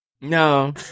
No